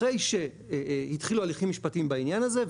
אחרי שהתחילו הליכים משפטיים בעניין הזה,